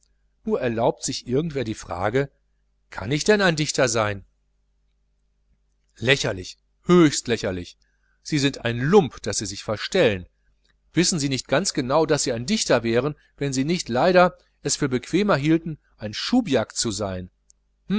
nur erlaubt sich irgend wer die frage kann ich denn ein dichter sein lächerlich höchst lächerlich sind sie ein lump daß sie sich verstellen wissen sie nicht ganz genau daß sie ein dichter wären wenn sie nicht leider es für bequemer hielten ein schubiak zu sein